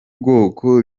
bwoko